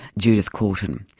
judith courtin.